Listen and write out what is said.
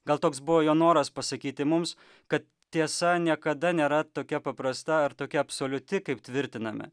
gal toks buvo jo noras pasakyti mums kad tiesa niekada nėra tokia paprasta ar tokia absoliuti kaip tvirtiname